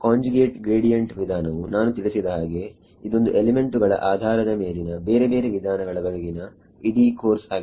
conjugate gradient ವಿಧಾನವು ನಾನು ತಿಳಿಸಿದ ಹಾಗೆ ಇದೊಂದು ಎಲಿಮೆಂಟುಗಳ ಆಧಾರದ ಮೇಲಿನ ಬೇರೆ ಬೇರೆ ವಿಧಾನಗಳ ಬಗೆಗಿನ ಇಡೀ ಕೋರ್ಸ್ ಆಗಿದೆ